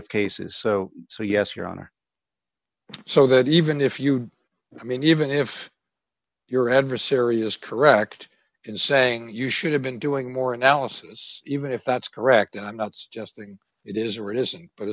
of cases so so yes your honor so that even if you i mean even if your adversary is correct in saying you should have been doing more analysis even if that's correct i'm not suggesting it is or isn't but